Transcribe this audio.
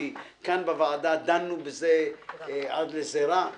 כי כאן בוועדה דנו בזה עד זרה,